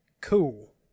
Cool